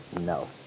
No